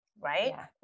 Right